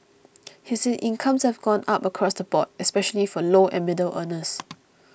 he said incomes have gone up across the board especially for low and middle earners